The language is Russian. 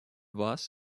вас